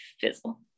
fizzle